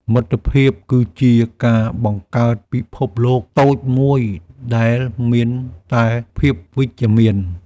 មិត្តភាពគឺជាការបង្កើតពិភពលោកតូចមួយដែលមានតែភាពវិជ្ជមាន។